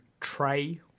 tray